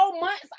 months